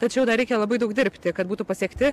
tačiau dar reikia labai daug dirbti kad būtų pasiekti